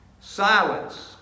Silence